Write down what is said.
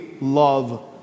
love